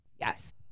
Yes